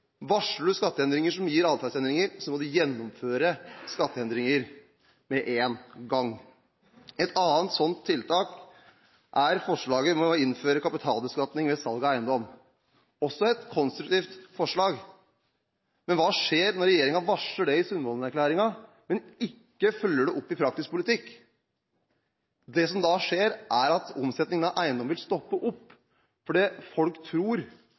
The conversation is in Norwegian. skatteendringer som gir atferdsendringer, må du gjennomføre skatteendringer med en gang. Et annet sånt tiltak er forslaget om å innføre kapitalbeskatning ved salg av eiendom. Dette er også et konstruktivt forslag, men hva skjer når regjeringen varsler dette i Sundvolden-erklæringen, men ikke følger det opp i praktisk politikk? Det som da skjer, er at omsetning av eiendom vil stoppe opp, fordi folk tror